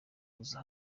kuza